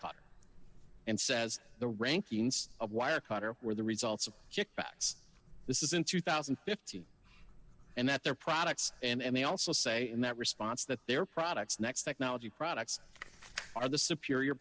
cutters and says the rankings of wire cutter were the results of kickbacks this is in two thousand and fifteen and that their products and they also say in that response that their products next technology products are the superior